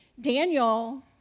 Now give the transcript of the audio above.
Daniel